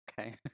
okay